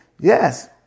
yes